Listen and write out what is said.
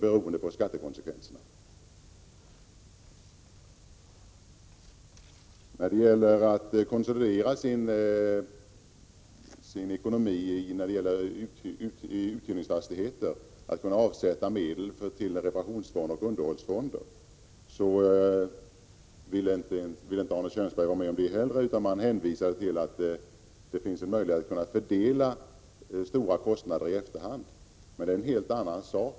Arne Kjörnsberg vill inte heller vara med om att ekonomin konsolideras för uthyrningsfastigheter så att medel kan avsättas till reparationsfonder och underhållsfonder. Han hänvisar till att det finns en möjlighet att fördela stora kostnader i efterhand. Men det är en helt annan sak.